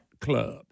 club